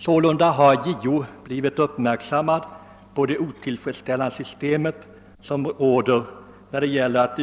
Sålunda har JO blivit uppmärksamgjord på de otillfredsställande förhållandena i detta sammanhang.